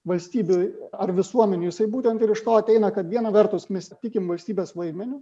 valstybių ar visuomenių jisai būtent ir iš to ateina kad viena vertus mes tikim valstybės vaidmeniu